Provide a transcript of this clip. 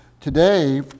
Today